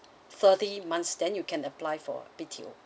thirty months then you can apply for B_T_O